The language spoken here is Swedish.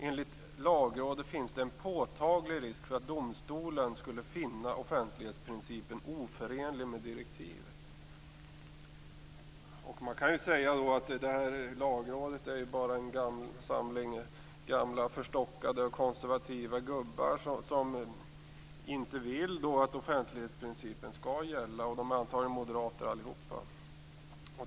Enligt Lagrådet finns det en påtaglig risk för att domstolen skulle finna offentlighetsprincipen oförenlig med direktivet. Man kan då säga att Lagrådet bara är en samling gamla förstockade och konservativa gubbar, som inte vill att offentlighetsprincipen skall gälla, och att de antagligen allihop är moderater.